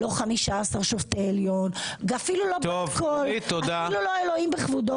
לא 15 שופטי עליון ואפילו לא בת קול ואפילו לא אלוהים בכבודו